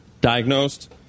diagnosed